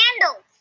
candles